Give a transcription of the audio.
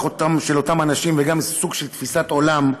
של אותם אנשים וגם על סוג של תפיסת עולם.